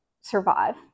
survive